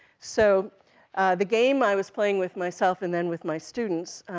so the game i was playing with myself, and then with my students,